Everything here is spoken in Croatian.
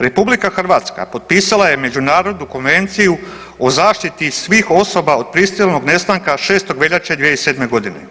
RH potpisala je Međunarodnu konvenciju o zaštiti svih osoba od prisilnog nestanka 6. veljače 2007. godine.